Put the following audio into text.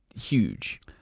huge